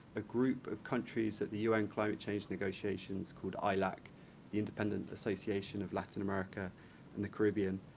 a group of countries at the un climate change negotiations called ailac, the independent association of latin america and the caribbean,